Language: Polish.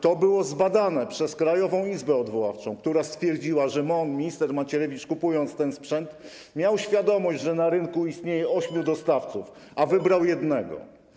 To było zbadane przez Krajową Izbę Odwoławczą, która stwierdziła, że minister Macierewicz, kupując ten sprzęt, miał świadomość, że na rynku istnieje ośmiu dostawców, a wybrał jednego.